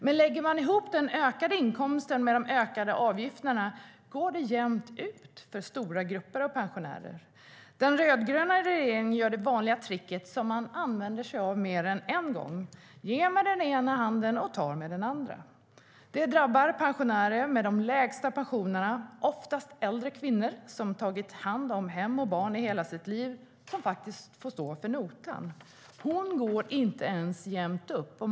Men lägger man ihop den ökade inkomsten med de ökade avgifterna går det jämnt ut för stora grupper av pensionärer. Den rödgröna regeringen gör det vanliga tricket som man använder sig av mer än en gång, ger med den ena handen och tar med den andra. Det drabbar pensionärer med de lägsta pensionerna, oftast äldre kvinnor som tagit hand om hem och barn i hela sitt liv, som får stå för notan. De går inte ens jämnt upp.